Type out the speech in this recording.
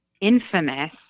infamous